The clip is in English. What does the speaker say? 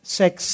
sex